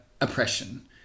oppression